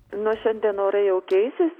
nuo šiandien orai jau keisis